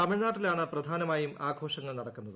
തമിഴ്നാട്ടിലാണ് പ്രധാത്യമായും ആഘോഷങ്ങൾ നടക്കുന്നത്